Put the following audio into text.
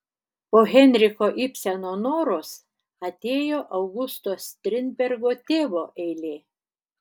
po henriko ibseno noros atėjo augusto strindbergo tėvo eilė